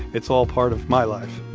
it's all part of my life